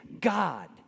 God